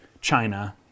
China